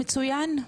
שלום.